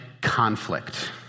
conflict